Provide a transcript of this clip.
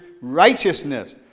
righteousness